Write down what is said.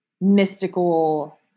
mystical